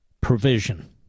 provision